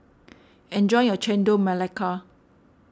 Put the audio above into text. enjoy your Chendol Melaka